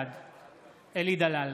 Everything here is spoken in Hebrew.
בעד אלי דלל,